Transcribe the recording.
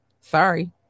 Sorry